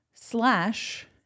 slash